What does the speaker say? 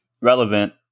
relevant